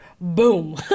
boom